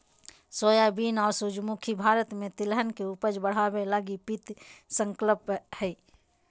soybean और सूरजमुखी भारत में तिलहन के उपज बढ़ाबे लगी पीत संकल्पना हइ